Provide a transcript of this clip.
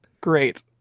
great